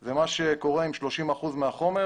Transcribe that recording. זה מה שקורה עם 30 אחוזים מהחומר,